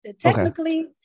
Technically